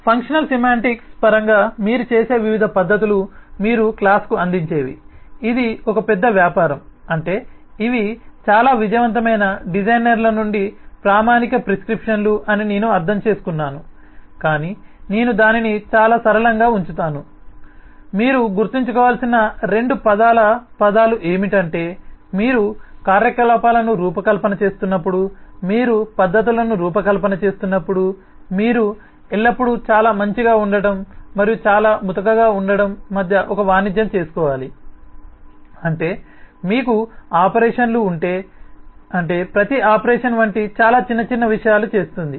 functional semantics పరంగా మీరు చేసే వివిధ పద్ధతులు మీరు క్లాస్ కి అందించేవి ఇది ఒక పెద్ద వ్యాపారం అంటే ఇవి చాలా విజయవంతమైన డిజైనర్ల నుండి ప్రామాణిక ప్రిస్క్రిప్షన్లు అని నేను అర్థం చేసుకున్నాను కాని నేను దానిని చాలా సరళంగా ఉంచుతాను మీరు గుర్తుంచుకోవలసిన రెండు పదాల పదాలు ఏమిటంటే మీరు కార్యకలాపాలను రూపకల్పన చేస్తున్నప్పుడు మీరు పద్ధతులను రూపకల్పన చేస్తున్నప్పుడు మీరు ఎల్లప్పుడూ చాలా మంచిగా ఉండటం మరియు చాలా ముతకగా ఉండటం మధ్య ఒక వాణిజ్యం చేసుకోవాలి అంటే మీకు ఆపరేషన్లు ఉంటే అంటే ప్రతి ఆపరేషన్ వంటి చాలా చిన్న చిన్న విషయాలు చేస్తుంది